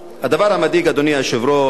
אדוני היושב-ראש,